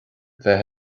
bheith